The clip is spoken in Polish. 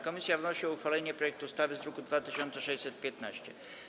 Komisja wnosi o uchwalenie projektu ustawy z druku nr 2615.